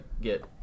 get